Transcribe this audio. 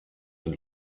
den